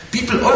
People